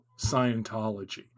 Scientology